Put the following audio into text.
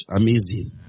Amazing